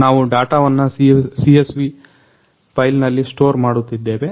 ನಾವು ಡಾಟವನ್ನ CSV ಫೈಲ್ನಲ್ಲಿ ಸ್ಟೋರ್ ಮಾಡುತ್ತಿದ್ದೇವೆ